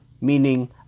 meaning